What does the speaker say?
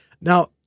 Now